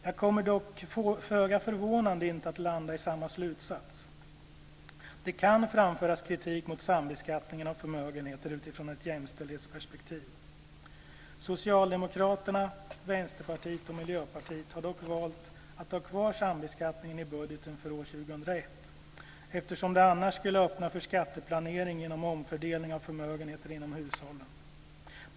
Jag kommer dock, föga förvånande, inte att landa i samma slutsats. Det kan framföras kritik mot sambeskattningen av förmögenheter utifrån ett jämställdhetsperspektiv. Socialdemokraterna, Vänsterpartiet och Miljöpartiet har dock valt att ha kvar sambeskattningen i budgeten för år 2001 eftersom det annars skulle öppna för skatteplanering genom omfördelning av förmögenheter inom hushållen.